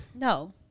No